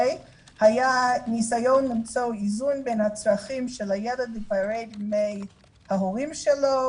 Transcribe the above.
היה ניסיון למצוא איזון בין הצרכים של הילד להיפרד מההורים שלו